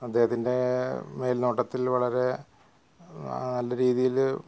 അദ്ദേഹത്തിൻറ്റേ മേല്നോട്ടത്തില് വളരെ നല്ല രീതിയിൽ